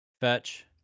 Fetch